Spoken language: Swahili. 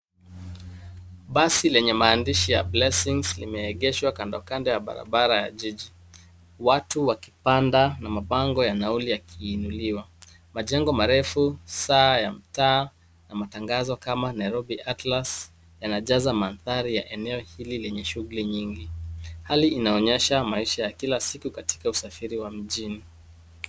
Basi lenye maandishi ya BLESSINGS limeengeshwa kando kando ya barabara ya jiji. Watu wakipanda na mabango ya nauli yakiinuliwa. Majengo marefu, saa ya mtaa na matangazo kama NAIROBI ATLAS yanajaza mandhari ya eneo hili lenye shunguli nyingi. Hali inaonyesha maisha ya kila siku katika usafiri wa mjini.